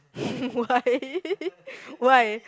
why why